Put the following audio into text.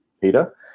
Peter